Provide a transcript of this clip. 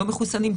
לא מחוסנים,